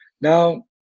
Now